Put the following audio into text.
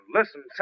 Listen